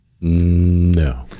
No